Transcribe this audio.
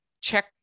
check